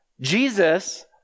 Jesus